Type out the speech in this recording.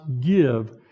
give